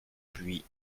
pluie